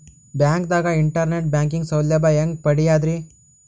ಬ್ಯಾಂಕ್ದಾಗ internet banking ಸೌಲಭ್ಯ ಹೆಂಗ್ ಪಡಿಯದ್ರಿ?